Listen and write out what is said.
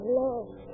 love